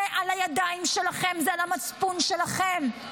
זה על הידיים שלכם, זה על המצפון שלכם.